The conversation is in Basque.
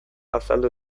azaldu